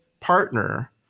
partner